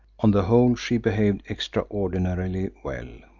on the whole, she behaved extraordinarily well.